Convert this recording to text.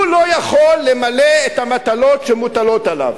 הוא לא יכול למלא את המטלות שמוטלות עליו,